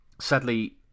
Sadly